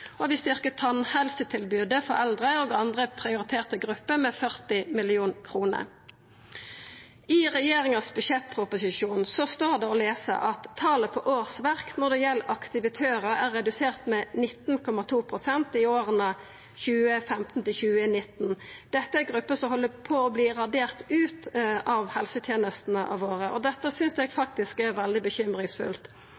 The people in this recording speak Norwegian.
og vi styrkjer tannhelsetilbodet for eldre og andre prioriterte grupper med 40 mill. kr. I regjeringa sin budsjettproposisjon står det å lesa at talet på årsverk når det gjeld aktivitørar, er redusert med 19,2 pst. i åra 2015–2019. Dette er ei gruppe som held på å verta radert ut av helsetenestene våre, og det synest eg